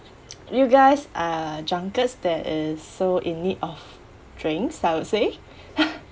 you guys are drunkards that is so in need of drinks I would say